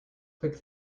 click